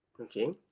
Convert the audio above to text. okay